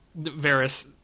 Varys